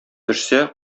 төшсә